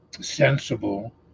sensible